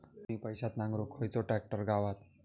कमी पैशात नांगरुक खयचो ट्रॅक्टर गावात?